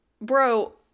bro